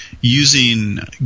using